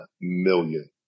million